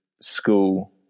school